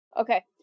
Okay